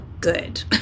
good